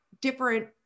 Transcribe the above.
different